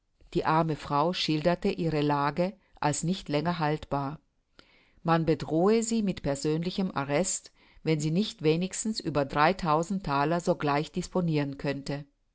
die arme frau schilderte ihre lage als nicht länger haltbar man bedrohte sie mit persönlichem arrest wenn sie nicht wenigstens über drei tausend thaler sogleich disponiren könnte